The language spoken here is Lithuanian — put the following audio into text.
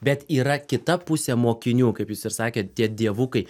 bet yra kita pusė mokinių kaip jūs ir sakėt tie dievukai